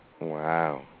Wow